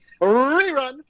rerun